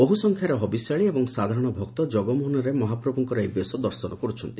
ବହୁ ସଂଖ୍ୟାରେ ହବିଶ୍ୟାଳୀ ଏବଂ ସାଧାରଶ ଭକ୍ତ କଗମୋହନରେ ମହାପ୍ରଭୁଙ୍କର ଏହି ବେଶ ଦର୍ଶନ କରୁଛନ୍ତି